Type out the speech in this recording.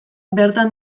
bertan